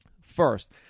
First